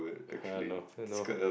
hmm no no